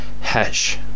hash